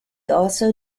also